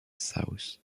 south